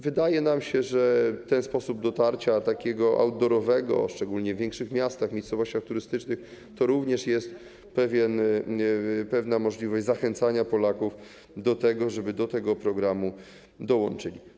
Wydaje nam się, że ten sposób dotarcia, outdoorowy, szczególnie w większych miastach, miejscowościach turystycznych, to również jest pewna możliwość zachęcania Polaków do tego, żeby do tego programu dołączyli.